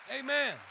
Amen